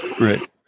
Right